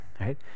Right